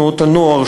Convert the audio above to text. תנועות הנוער,